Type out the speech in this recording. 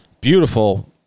beautiful